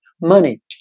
money